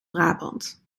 brabant